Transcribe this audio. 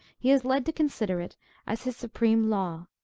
he is led to consider it as his supreme law,